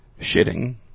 Shitting